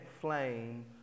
flame